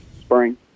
spring